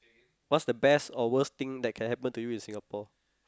what's the best or worst thing that can happen to you in Singapore